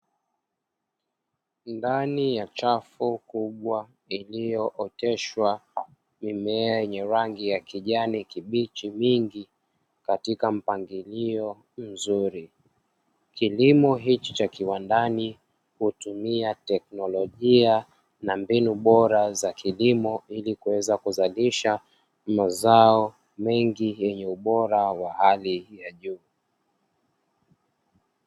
Ndani ya chafo kubwa iliyooteshwa mimea yenye kijani kibichi mingi katika mpangilio mzuri, kilimo hichi cha kiwandani hutumia teknolojia na mbinu bora za kilimo ili kuweza kuzalisha mazao mengi yenye ubora wa hali ya juu.